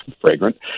fragrant